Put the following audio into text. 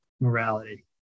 morality